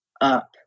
up